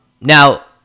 Now